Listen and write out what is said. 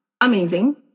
amazing